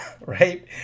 Right